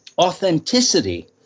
authenticity